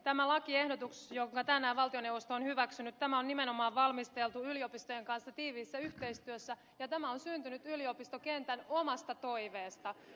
tämä lakiehdotus jonka valtioneuvosto on tänään hyväksynyt on nimenomaan valmisteltu yliopistojen kanssa tiiviissä yhteistyössä ja tämä on syntynyt yliopistokentän omasta toiveesta